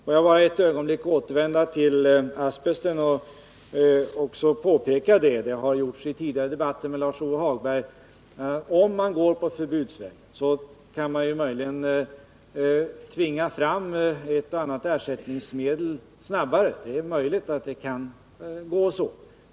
För att ett ögonblick återvända till asbest vill jag påpeka — det har gjorts i tidigare debatter med Lars-Ove Hagberg — att om man går på förbudsvägen kan man möjligen tvinga fram ett och annat ersättningsmedel snabbare.